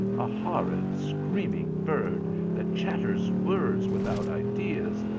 a horrid screaming bird that chatters words without ideas!